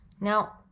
Now